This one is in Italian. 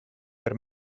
per